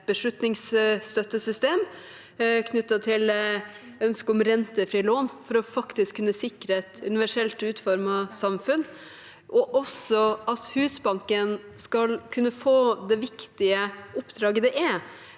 beslutningsstøttesystem og til ønsket om rentefrie lån, for faktisk å kunne sikre et universelt utformet samfunn, og at Husbanken skal kunne få det viktige oppdraget det er